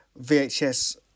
VHS